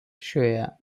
šioje